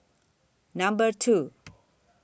Number two